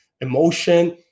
emotion